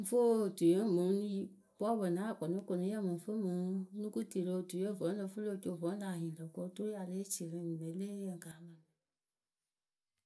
ŋ fɨ otuyǝ we mɨ ŋ pɔɔpʊ na akʊnɩkʊnɩyǝ mɨŋ fɨ mɨ ŋ nʊkʊti rɨ otuyǝ we vǝ́ lǝ fɨ lo co vǝ́ la nyɩŋ lǝ̈ ko oturu ya lée ci ne leeyǝ ŋ kaamɨ lǝ̈.